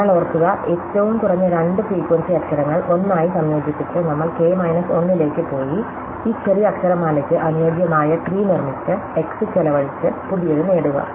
അതിനാൽ ഓർക്കുക ഏറ്റവും കുറഞ്ഞ രണ്ട് ഫ്രീക്വൻസി അക്ഷരങ്ങൾ 1 ആയി സംയോജിപ്പിച്ച് നമ്മൾ k മൈനസ് 1 ലേക്ക് പോയി ഈ ചെറിയ അക്ഷരമാലയ്ക്ക് അനുയോജ്യമായ ട്രീ നിർമ്മിച്ച് x ചെലവഴിച്ച് പുതിയത് നേടുക